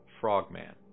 Frogman